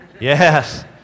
Yes